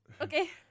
Okay